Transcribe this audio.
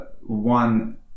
one